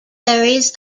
carries